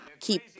keep